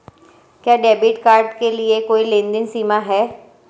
क्या debit card के लिए कोई लेनदेन सीमा है?